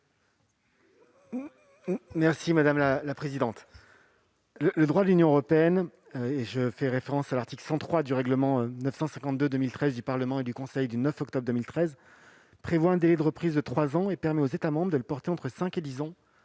l'avis du Gouvernement ? Le droit de l'Union européenne- je fais référence à l'article 103 du règlement 952/2013 du Parlement et du Conseil du 9 octobre 2013 -prévoit un délai de reprise de trois ans. Il permet aux États membres de le porter entre cinq et dix ans,